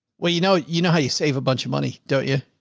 well, you know, you know how you save a bunch of money, don't you.